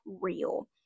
real